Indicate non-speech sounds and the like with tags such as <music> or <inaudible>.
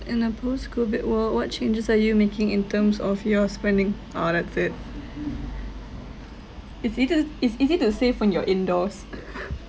in a post COVID world what changes are you making in terms of your spending oh that's it it's easy it's easy to save when you're indoors <laughs>